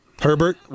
Herbert